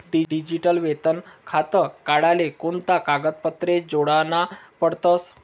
Digital वेतन खातं काढाले कोणता कागदपत्रे जोडना पडतसं?